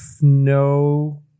no